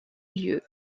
lieu